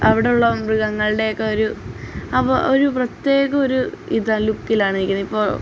അവിടെയുള്ള മൃഗങ്ങളുടേയൊക്കെ ഒരു അപ്പോൾ ഒരു പ്രത്യേക ഒരു ഇതാണ് ലുക്കിലാണ് നിൽക്കുന്നത് ഇപ്പോൾ